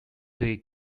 day